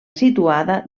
situada